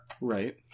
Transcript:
Right